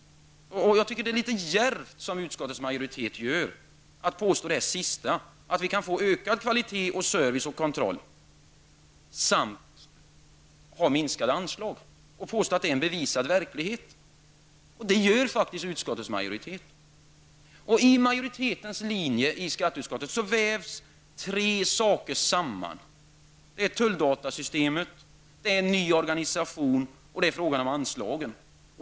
Jag tycker att det är litet djärvt av utskottet att påstå att vi kan få en ökad kvalitet, service och kontroll även om anslagen minskas och att påstå att detta är en bevisad verklighet. Det gör faktiskt utskottets majoritet. I utskottsmajoritetens linje vävs tre saker samman: tulldatasystemet, en ny organisation och frågan om anslagen.